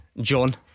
John